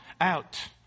out